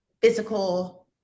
physical